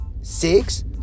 six